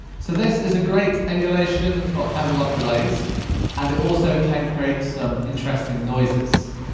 so this is a great emulation for analogue delays and it also can create some interesting noises.